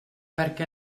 perquè